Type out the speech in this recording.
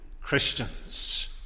Christians